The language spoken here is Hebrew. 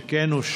שכן אושרו.